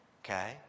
okay